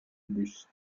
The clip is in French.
bus